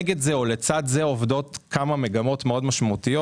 יש מספר מגמות שהמשק הישראלי צריך להתמודד איתן.